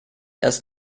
erst